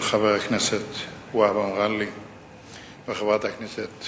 של חבר הכנסת מגלי והבה וחבר הכנסת